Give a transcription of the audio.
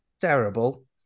terrible